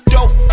Dope